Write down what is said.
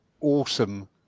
awesome